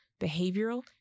behavioral